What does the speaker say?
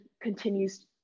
continues